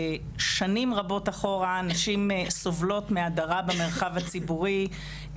שנים רבות אחורה נשים סובלות מהדרה במרחב הציבורי,